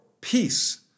peace